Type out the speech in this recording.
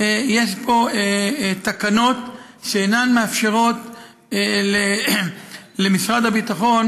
יש פה תקנות שאינן מאפשרות למשרד הביטחון